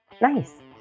Nice